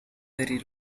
very